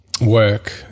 work